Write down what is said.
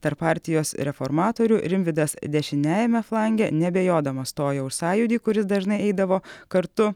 tarp partijos reformatorių rimvydas dešiniajame flange neabejodamas stojo už sąjūdį kuris dažnai eidavo kartu